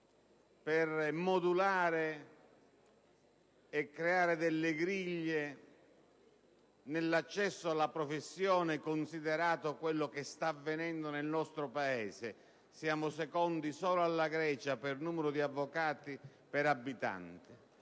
per modulare e creare delle griglie nell'accesso alla professione, considerato quello che sta avvenendo nel nostro Paese. Siamo secondi solo alla Grecia per numero di avvocati per abitante